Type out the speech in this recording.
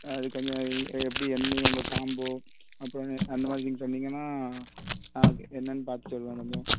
அது கொஞ்சம் எப்படி நீங்கள் உங்கள் காம்போ அப்பறம் அந்த மாதிரி நீங்கள் சொன்னிங்கனா நான் அதை என்னன்னு பார்த்து சொல்லுவேன் கொஞ்சம்